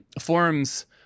forums